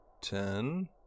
ten